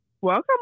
Welcome